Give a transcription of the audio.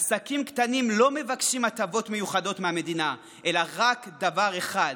עסקים קטנים לא מבקשים הטבות מיוחדות מהמדינה אלא רק דבר אחד: